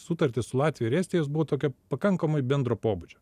sutartys su latvija ir estijos jos buvo tokia pakankamai bendro pobūdžio